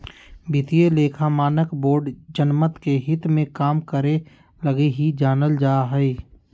वित्तीय लेखा मानक बोर्ड जनमत के हित मे काम करे लगी ही जानल जा हय